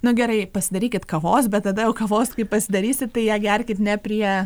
nu gerai pasidarykit kavos bet tada jau kavos kai pasidarysit tai ją gerkit ne prie